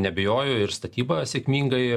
neabejoju ir statyba sėkmingai